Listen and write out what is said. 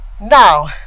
now